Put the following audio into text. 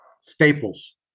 Staples